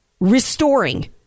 restoring